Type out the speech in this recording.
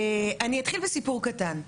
אני אתחיל בסיפור קטן,